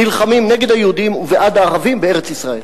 נלחמים נגד היהודים ובעד הערבים בארץ-ישראל.